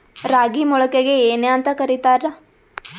ರಾಗಿ ಮೊಳಕೆಗೆ ಏನ್ಯಾಂತ ಕರಿತಾರ?